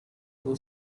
will